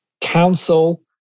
council